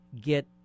get